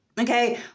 Okay